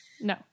no